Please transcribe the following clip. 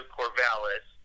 Corvallis